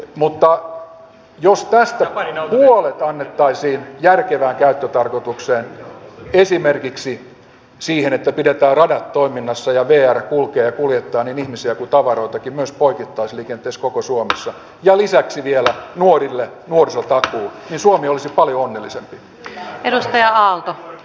mutta jos tästä puolet annettaisiin järkevään käyttötarkoitukseen esimerkiksi siihen että pidetään radat toiminnassa ja vr kulkee ja kuljettaa niin ihmisiä kuin tavaroitakin myös poikittaisliikenteessä koko suomessa ja lisäksi vielä nuorille nuorisotakuu niin suomi olisi paljon onnellisempi